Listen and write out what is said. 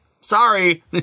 sorry